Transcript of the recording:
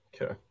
Okay